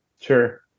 Sure